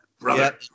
brother